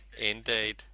Indeed